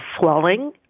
swelling